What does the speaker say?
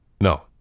No